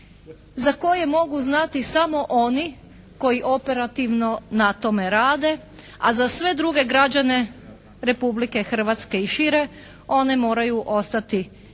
za koje mogu znati samo oni koji operativno na tome rade, a za sve druge građane Republike Hrvatske i šire one moraju ostati tajnima